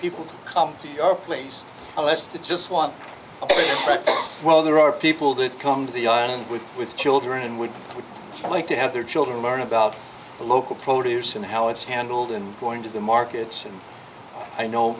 people come to your place unless they just want a friend well there are people that come to the island with with children and would like to have their children learn about the local produce and how it's handled and going to the markets and i know